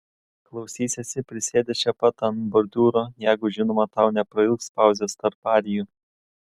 klausysiesi prisėdęs čia pat ant bordiūro jeigu žinoma tau neprailgs pauzės tarp arijų